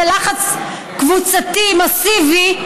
בלחץ קבוצתי מסיבי,